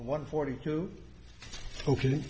one forty two open